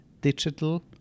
digital